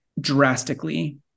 drastically